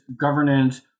governance